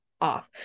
off